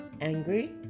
angry